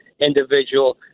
individual